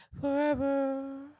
forever